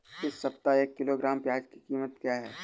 इस सप्ताह एक किलोग्राम प्याज की कीमत क्या है?